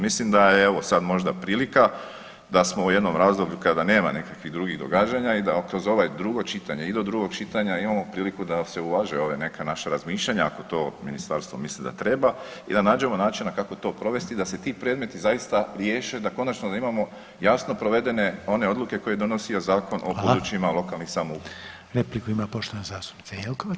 Mislim da je evo, sad možda prilika da smo u jednom razdoblju kada nema nekakvih drugih događanja i da kroz ovaj, drugo čitanje i do drugog čitanja imamo priliku da se uvaže ove neke, naša razmišljanja, ako to ministarstvo misli da treba i da nađemo načina kako to provesti da se ti predmeti zaista riješe, da konačno imamo jasno provedene one odluke koje je donosio Zakon o područjima lokalnih samouprava.